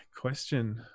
question